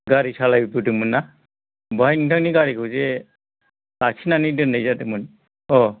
गारि सालायबोदोंमोन ना बेवहाय नोंथांनि गारिखौ जे लाखिनानै दोननाय जादोंमोन औ